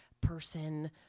person